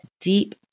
deep